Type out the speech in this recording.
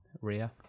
rear